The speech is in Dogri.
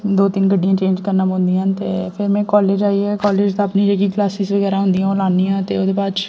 दो तीन गड्डियां चेंज करना पौंदिया न ते फिर में कालेज आइयै कालेज दा अपनी जेह्की क्लासेस बगैरा होंदिया ओह् लान्नी आं ते ओह्दे बाद च